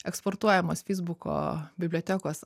eksportuojamos feisbuko bibliotekos